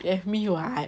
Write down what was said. you have me [what]